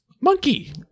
Monkey